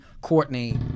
Courtney –